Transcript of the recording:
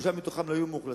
שלושה מתוכם לא היו מאוכלסים.